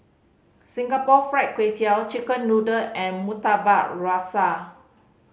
Singapore Fried Kway Tiao chicken noodle and Murtabak Rusa